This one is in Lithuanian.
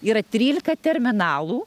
yra trylika terminalų